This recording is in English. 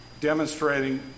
demonstrating